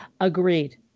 Agreed